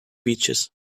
beaches